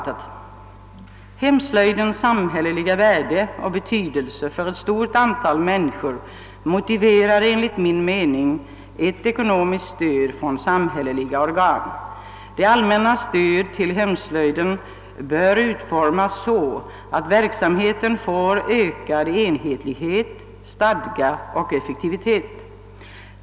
Där heter det: »Hemslöjdens samhälleliga värde och betydelse för ett stort antal människor motiverar enligt min mening ett ekonomiskt stöd från samhälleliga organ. Det allmännas stöd till hemslöjdsrörelsen bör utformas så att verksamheten får ökad enhetlighet, stadga och effektivitet.